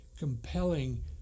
compelling